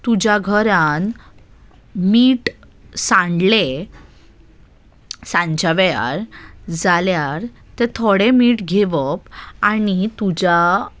तुज्या घरान मीठ सांडलें सांच्या वेळार जाल्यार तें थोडें मीठ घेवप आनी तुज्या